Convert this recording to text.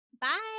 Bye